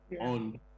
on